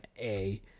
A-